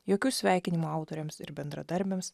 jokių sveikinimų autoriams ir bendradarbiams